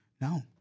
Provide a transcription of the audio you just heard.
No